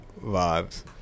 vibes